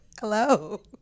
hello